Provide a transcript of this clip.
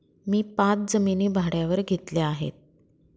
मी पाच जमिनी भाड्यावर घेतल्या आहे